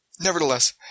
nevertheless